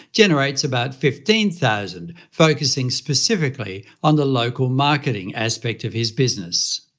generates about fifteen thousand, focusing specifically on the local marketing aspect of his business.